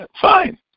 Fine